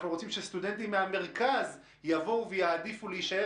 אנחנו רוצים שסטודנטים מהמרכז יעדיפו להישאר